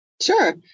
Sure